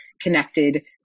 connected